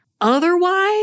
Otherwise